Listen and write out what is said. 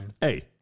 Hey